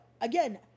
again